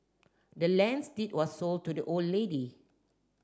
the land's deed was sold to the old lady